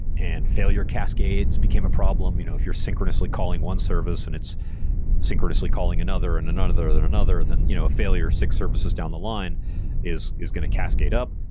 and failure cascades became a problem. you know if you're synchronously calling one service and it's synchronously calling another and another then another, then you know a failure six services down the line is is going to cascade up.